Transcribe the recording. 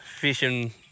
fishing